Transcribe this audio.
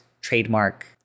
trademark